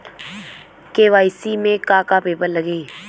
KYC में का का पेपर लगी?